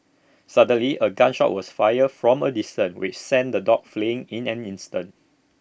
suddenly A gun shot was fired from A distance which sent the dogs fleeing in an instant